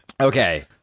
okay